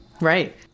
Right